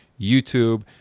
YouTube